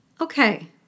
Okay